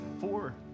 four